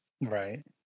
Right